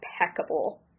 impeccable